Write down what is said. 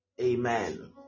Amen